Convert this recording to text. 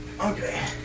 Okay